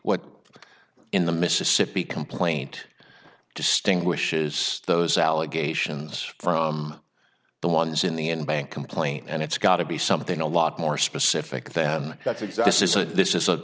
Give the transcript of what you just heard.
what in the mississippi complaint distinguishes stows allegations from the ones in the in bank complaint and it's got to be something a lot more specific than that exists is a